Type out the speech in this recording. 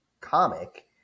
comic